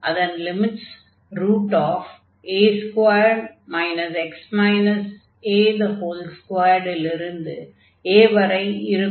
அதன் limits a2 x a2 லிருந்து a வரை இருக்கும்